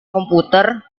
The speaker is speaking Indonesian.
komputer